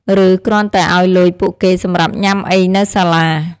ឬ គ្រាន់តែឱ្យលុយពួកគេសម្រាប់ញុាំអីនៅសាលា។